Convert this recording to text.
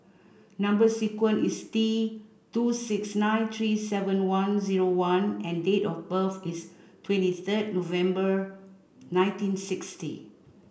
number sequence is T two six nine three seven one zero one and date of birth is twenty third November nineteen sixty